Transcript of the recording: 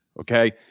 okay